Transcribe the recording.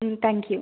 ம் thank you